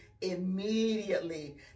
immediately